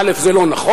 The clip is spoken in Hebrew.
א.